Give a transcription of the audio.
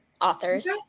authors